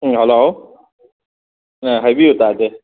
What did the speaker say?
ꯎꯝ ꯍꯜꯂꯣ ꯍꯥꯏꯕꯤꯌꯨ ꯇꯥꯗꯦ